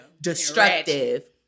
destructive